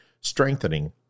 strengthening